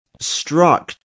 struck